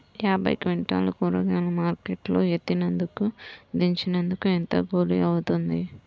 యాభై క్వింటాలు కూరగాయలు మార్కెట్ లో ఎత్తినందుకు, దించినందుకు ఏంత కూలి అవుతుంది?